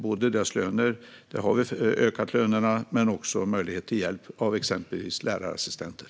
Det handlar om deras löner - vi har ökat lönerna - och om möjligheten att få hjälp av exempelvis lärarassistenter.